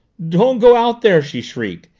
don't go out there! she shrieked.